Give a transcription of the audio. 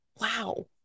Wow